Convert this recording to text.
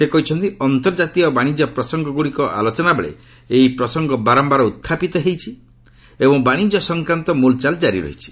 ସେ କହିଛନ୍ତି ଅନ୍ତର୍ଜାତୀୟ ବାଣିଜ୍ୟ ପ୍ରସଙ୍ଗଗୁଡ଼ିକ ଆଲୋଚନା ବେଳେ ଏହି ପ୍ରସଙ୍ଗ ବାରମ୍ଭାର ଉତ୍ଥାପିତ ହୋଇଛି ଏବଂ ବାଣିଜ୍ୟ ସଂକ୍ରାନ୍ତ ମୁଲଚାଲ୍ ଜାରି ରହିଛି